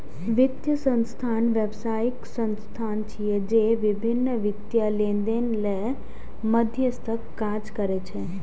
वित्तीय संस्थान व्यावसायिक संस्था छिय, जे विभिन्न वित्तीय लेनदेन लेल मध्यस्थक काज करै छै